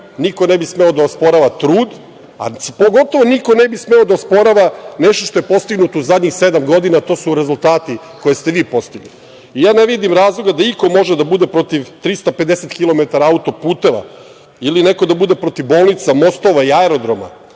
niko ne bi smeo da osporava trud, a pogotovo niko ne bi smeo da osporava nešto što je postignuto u zadnjih sedam godina, a to su rezultati koje ste vi postigli. Ne vidim razloga da iko može da bude protiv 350 kilometara autoputeva ili neko da bude protiv bolnica, mostova, aerodroma,